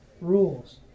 rules